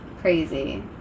Crazy